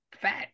fat